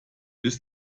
bis